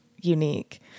unique